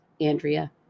Andrea